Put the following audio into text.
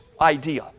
idea